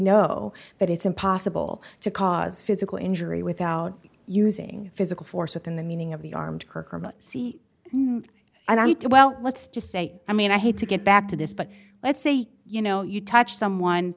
know that it's impossible to cause physical injury without using physical force within the meaning of the armed see i don't do well let's just say i mean i hate to get back to this but let's say you know you touch